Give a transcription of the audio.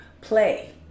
play